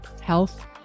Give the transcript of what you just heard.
health